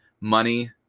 money